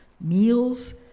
meals